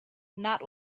not